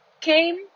came